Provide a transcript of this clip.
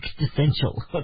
existential